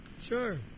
Sure